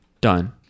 Done